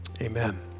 Amen